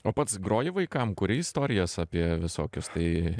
o pats groji vaikam kuri istorijas apie visokius tai